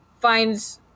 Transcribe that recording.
finds